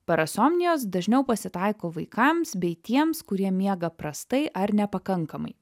parasomnijos dažniau pasitaiko vaikams bei tiems kurie miega prastai ar nepakankamai